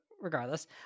regardless